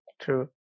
True